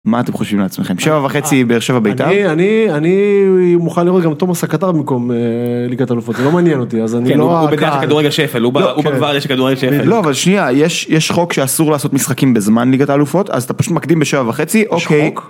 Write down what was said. מה אתם חושבים לעצמכם שבע וחצי באר שבע בית"ר אני מוכן לראות גם תומס הקטר במקום ליגת אלופות זה לא מעניין אותי אז אני לא הקהל. לא אבל שנייה, יש חוק שאסור לעשות משחקים בזמן ליגת אלופות אז אתה פשוט מקדים בשבע וחצי. אוקיי.